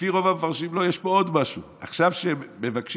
לפי רוב הפרשנים יש פה עוד משהו: עכשיו כשהם מבקשים,